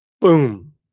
boom